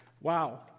Wow